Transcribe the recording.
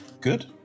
good